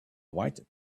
white